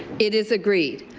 it is agreed.